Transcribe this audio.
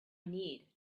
need